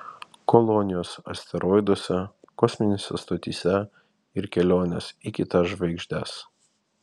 kolonijos asteroiduose kosminėse stotyse ir kelionės į kitas žvaigždes